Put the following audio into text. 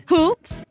Hoops